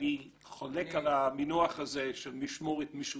אני חולק על המינוח הזה של משמורת משותפת.